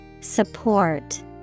Support